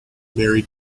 married